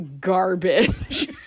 garbage